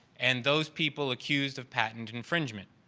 and those people accused of patent infringement.